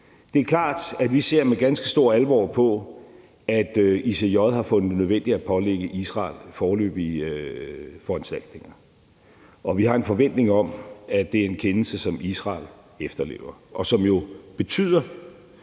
Det er klart, at vi ser med ganske stor alvor på, at ICJ har fundet det nødvendigt at pålægge Israel foreløbige foranstaltninger, og vi har en forventning om, at det er en kendelse, som Israel efterlever, og som jo betyder,